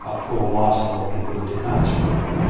ah for the loss of all the people who did not survive.